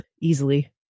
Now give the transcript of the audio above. easily